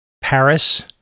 Paris